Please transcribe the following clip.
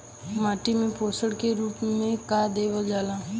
माटी में पोषण के रूप में का देवल जाला?